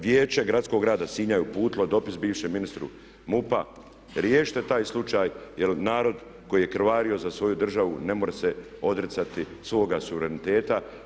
Vijeće gradsko grada Sinja je uputilo dopis bivšem ministru MUP-a, riješite taj slučaj jer narod koji je krvario za svoju državu ne more se odricati svoga suvereniteta.